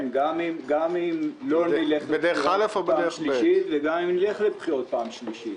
גם אם לא נלך לבחירות פעם שלישית וגם אם נלך לבחירות פעם שלישית.